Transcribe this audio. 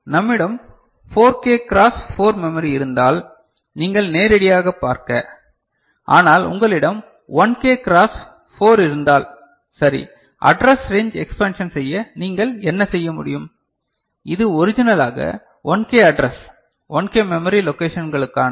நம்மிடம் 4 K cross 4 memory இருந்தால் நீங்கள் நேரடியாக பார்க்க ஆனால் உங்களிடம் 1 கே கிராஸ் 4 இருந்தால் சரி அட்ரஸ் ரேஞ்ச் எக்ஸ்பேன்ஷன் செய்ய நீங்கள் என்ன செய்ய முடியும் இது ஒரிஜினலாக 1K அட்ரஸ் 1K மெமரி லொகேஷன்களுக்கானது